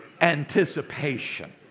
anticipation